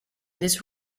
this